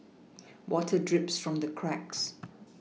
water drips from the cracks